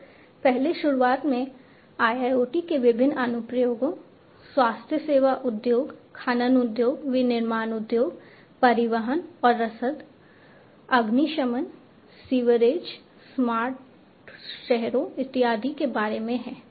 तो पहले शुरुआत में IIoT के विभिन्न अनुप्रयोगों स्वास्थ्य सेवा उद्योग खनन उद्योग विनिर्माण उद्योग परिवहन और रसद अग्निशमन सीवरेज स्मार्ट शहरों इत्यादि के बारे में हैं